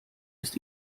ist